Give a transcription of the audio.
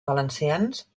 valencians